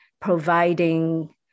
providing